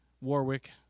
Warwick